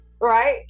right